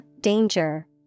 danger